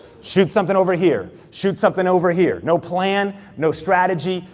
shoot something over here, shoot something over here, no plan, no strategy.